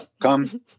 Come